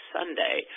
Sunday